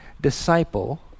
disciple